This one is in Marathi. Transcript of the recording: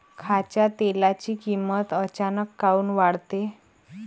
खाच्या तेलाची किमत अचानक काऊन वाढते?